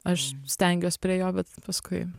aš stengiuos prie jo bet paskui